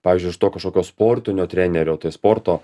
pavyzdžiui iš to kažkokio sportinio trenerio tai sporto